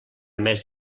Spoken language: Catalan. més